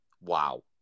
wow